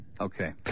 Okay